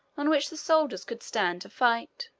on which the soldiers could stand to fight.